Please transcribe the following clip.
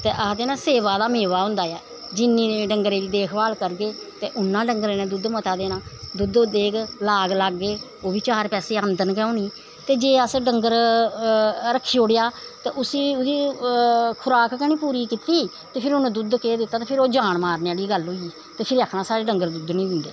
ते आखदे ना सेवा दा मेवा होंदा ऐ जिन्नी डंगरे दी देखभाल करगे ते उन्ना डंगरे ने दुद्ध मता देना दुद्ध देग लाग लाग्गे ओह् बी चार पैसे औंदन गै होनी ते जे असें डंगर रक्खी ओड़ेआ ते उसी ओह्दी खराक गै निं पूरा कीती ते फिर उन्नै दुद्ध केह् दित्ता ते फिर ओह् जान मारने आह्ली गल्ल होई गेई ते फ्ही आखना साढ़े डंगर दुद्ध निं दिंदे